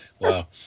Wow